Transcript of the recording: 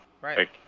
Right